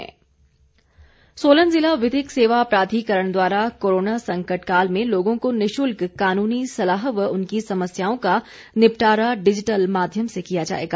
विधिक सोलन जिला विधिक सेवा प्राधिकरण द्वारा कोरोना संकट काल में लोगों को निशुल्क कानूनी सलाह व उनकी समस्याओं का निपटारा डिजिटल माध्यम से किया जाएगा